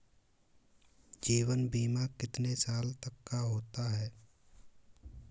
जीवन बीमा कितने साल तक का होता है?